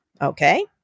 Okay